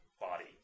body